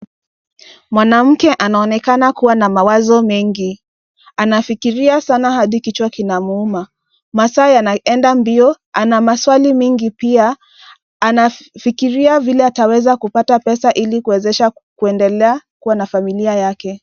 Mwanamke anaonekana kuwa na mawazo mengi, anafikiria sana hadi kichwa kinamuuma. Masaa yanaenda mbio, ana maswali mingi pia anafikiria vile ataweza kupata pesa ili kuwezesha kuendelea kuwa na familia yake.